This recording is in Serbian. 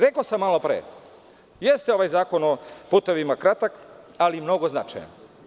Rekao sam malo pre, jeste ovaj Zakon o putevima kratak, ali mnogo značajan.